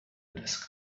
desk